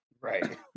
Right